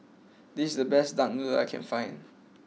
this the best Duck Noodle I can find